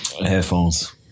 Headphones